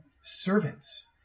servants